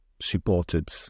supported